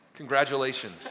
Congratulations